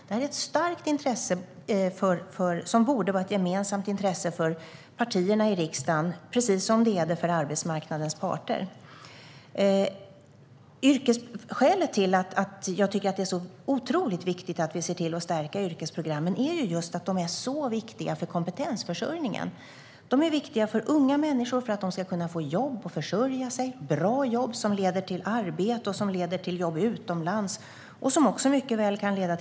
Detta är ett starkt intresse som borde vara gemensamt för partierna i riksdagen, precis som det är det för arbetsmarknadens parter. Skälet till att jag tycker att det är otroligt viktigt att stärka yrkesprogrammen är att de är så viktiga för kompetensförsörjningen. De är viktiga för att unga människor ska kunna få jobb och försörja sig - bra jobb som kan leda till jobb utomlands och till egenföretagande.